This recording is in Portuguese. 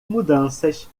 mudanças